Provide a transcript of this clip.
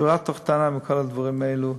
בשורה התחתונה, מכל הדברים האלה,